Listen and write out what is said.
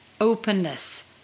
openness